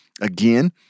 again